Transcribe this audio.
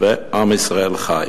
ו"עם ישראל חי".